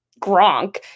Gronk